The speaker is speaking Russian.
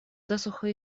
засухой